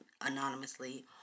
anonymously